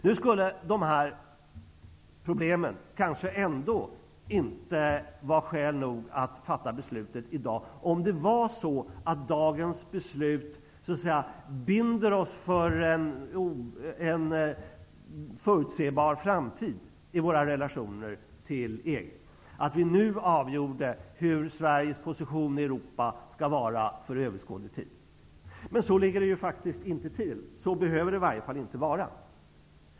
Nu skulle de här problemen kanske ändå inte vara skäl nog att fatta beslutet i dag, om det var så att dagens beslut binder oss för en förutsebar framtid i våra relationer till EG, dvs. att vi nu avgjorde hur Sveriges position i Europa skall vara för överskådlig tid. Så ligger det faktiskt inte till. Det behöver i varje fall inte vara på det sättet.